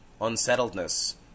unsettledness